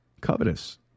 Covetous